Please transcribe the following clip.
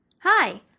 Hi